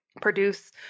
produce